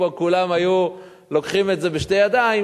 כולם היו לוקחים את זה בשתי ידיים.